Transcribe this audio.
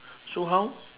so how